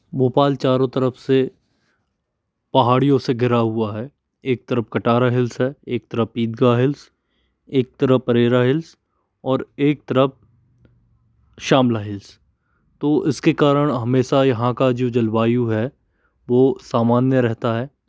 भोपाल चारों तरफ से पहाड़ियों से घिरा हुआ है एक तरफ कटारा हिल्स है एक तरफ ईदगा हिल्स एक तरफ अरेरा हिल्स और एक तरफ शामला हिल्स तो इसके कारण हमेशा यहाँ का जो जलवायु है वो सामान्य रहता है